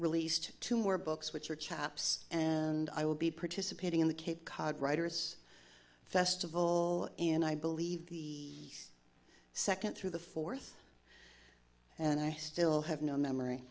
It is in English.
released two more books which are chaps and i will be participating in the cape cod writers festival and i believe the second through the fourth and i still have no memory